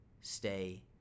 stay